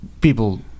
people